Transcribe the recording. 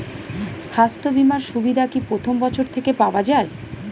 স্বাস্থ্য বীমার সুবিধা কি প্রথম বছর থেকে পাওয়া যায়?